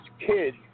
kid